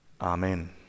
Amen